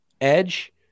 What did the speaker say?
edge